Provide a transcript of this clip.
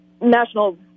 national